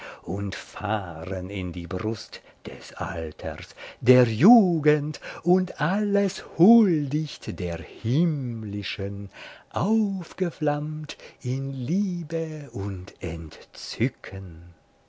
und fahren in die brust des alters der jugend und alles huldigt der himmlischen aufgeflammt in liebe und entzücken